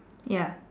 ya